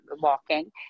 walking